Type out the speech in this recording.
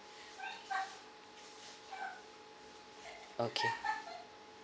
okay